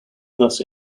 thus